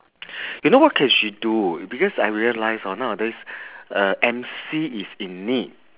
you know what can she do because I realise hor nowadays uh emcee is in need